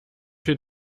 viel